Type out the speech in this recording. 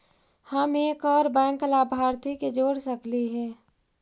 हम एक और बैंक लाभार्थी के जोड़ सकली हे?